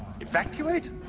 evacuate